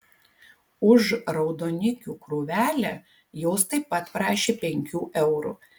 už raudonikių krūvelę jos taip pat prašė penkių eurų